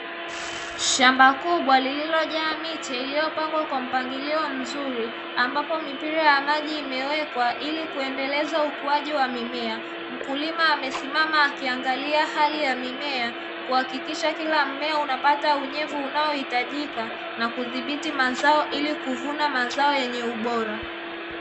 Shamba kubwa lililojaa miche iliyopangwa kwa mpangilio mzuri ambapo mipira ya maji imewekwa ili kuendeleza ukuaji wa mimea, mkulima amesimama akiangalia hali ya mimea kuhakikisha kila mmea unapata unyevu unaohitajika na kudhibiti mazao ili kuvuna mazao yenye ubora.